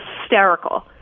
hysterical